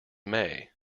may